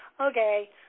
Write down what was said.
Okay